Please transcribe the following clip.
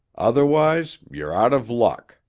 otherwise you're out of luck.